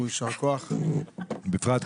אז